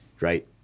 Right